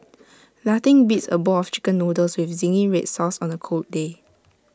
nothing beats A bowl of Chicken Noodles with Zingy Red Sauce on A cold day